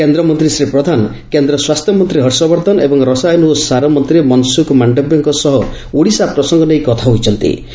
କେନ୍ଦ୍ରମନ୍ତୀ ଶ୍ରୀ ପ୍ରଧାନ କେନ୍ଦ୍ର ସ୍ୱାସ୍ଥ୍ୟମନ୍ତୀ ହର୍ଷବର୍ଦ୍ଧନ ଏବଂ ରସାୟନ ଓ ସାର ମନ୍ତୀ ମନସୁଖ ମାଣ୍ଡଭ୍ୟଙ୍କ ସହ ଓଡ଼ିଶା ପ୍ରସଙ୍ଙ ନେଇ କଥା ହୋଇଛଡି